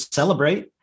celebrate